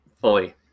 Fully